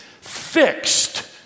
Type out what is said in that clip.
fixed